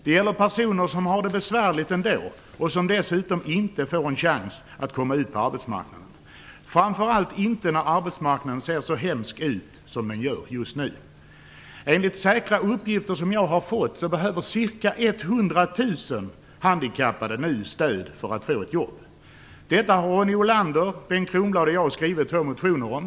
Det gäller personer som har det besvärligt ändå och som dessutom inte får en chans att komma ut på arbetsmarknaden, framför allt inte när arbetsmarknaden ser så hemsk ut som den gör just nu. Enligt säkra uppgifter som jag har fått behöver nu ca 100 000 handikappade stöd för att de skall få ett jobb. Detta har Ronny Olander, Bengt Kronblad och jag väckt två motioner om.